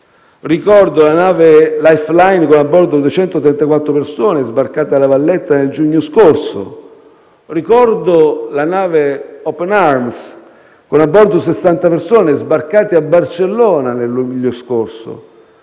Ricordo la nave Lifeline, con a bordo 234 persone, sbarcate a La Valletta nel giugno scorso. Ricordo la nave Open Arms, con a bordo 60 persone, sbarcate a Barcellona nel luglio scorso.